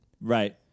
right